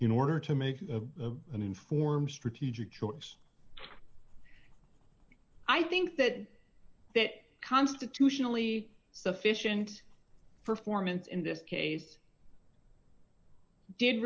in order to make an informed strategic choice i think that that constitutionally sufficient for formants in this case did